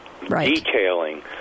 detailing